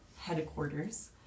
headquarters